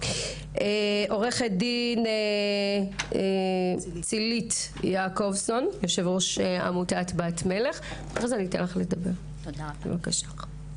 עו"ד צילית יעקובסון, יו"ר עמותת בת מלך, בבקשה.